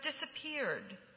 disappeared